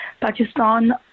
Pakistan